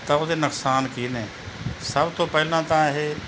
ਤਾਂ ਉਹਦੇ ਨੁਕਸਾਨ ਕੀ ਨੇ ਸਭ ਤੋਂ ਪਹਿਲਾਂ ਤਾਂ ਇਹ